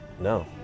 No